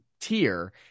tier